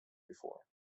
before